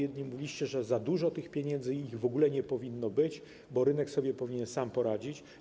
Jedni mówili, że za dużo tych pieniędzy, że ich w ogóle nie powinno być, bo rynek sobie powinien sam poradzić.